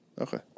Okay